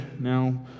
Now